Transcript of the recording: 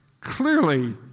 clearly